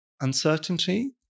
uncertainty